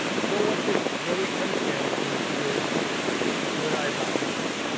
so what this really comes down to is would i buy this?